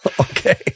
Okay